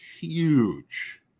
huge